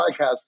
podcast